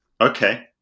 Okay